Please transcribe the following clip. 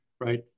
right